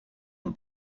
een